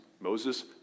Moses